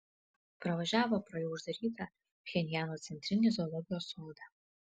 pravažiavo pro jau uždarytą pchenjano centrinį zoologijos sodą